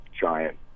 giant